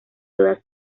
todas